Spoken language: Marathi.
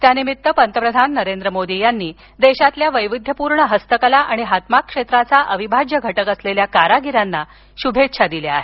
त्या निमित्त पंतप्रधान नरेंद्र मोदी यांनी देशातील वैविध्यपूर्ण हस्तकला आणि हातमाग क्षेत्राचा अविभाज्य घटक असलेल्या कारागिरांना शुभेच्छा दिल्या आहेत